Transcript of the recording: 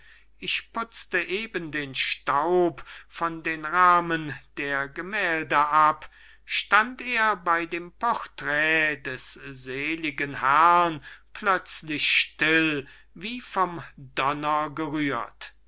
ich putzte eben den staub von den rahmen der gemählde ab stand er bey dem portrait des seeligen herrn plözlich still wie vom donner gerührt